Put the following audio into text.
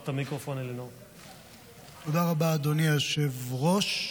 תודה רבה, אדוני היושב-ראש.